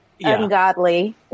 ungodly